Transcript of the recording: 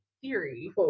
theory